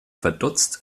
verdutzt